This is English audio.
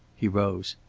he rose.